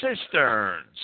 cisterns